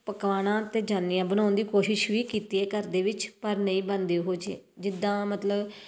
ਪਕਾਉਣਾ ਤਾਂ ਚਾਹੁੰਦੀ ਹਾਂ ਬਣਾਉਣ ਦੀ ਕੋਸ਼ਿਸ਼ ਵੀ ਕੀਤੀ ਹੈ ਘਰ ਦੇ ਵਿੱਚ ਪਰ ਨਹੀਂ ਬਣਦੇ ਉਹੋ ਜਿਹੇ ਜਿੱਦਾਂ ਮਤਲਬ